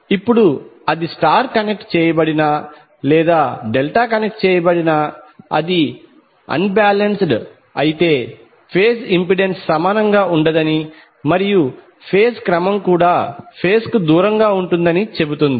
ఇప్పుడు అది star connect చేయబడినా లేదా డెల్టా కనెక్ట్ చేయబడినా అది అన్ బాలెన్స్డ్ ఐతే ఫేజ్ ఇంపెడెన్స్ సమానంగా ఉండదని మరియు ఫేజ్ క్రమం కూడా ఫేజ్ కు దూరంగా ఉంటుందని చెబుతుంది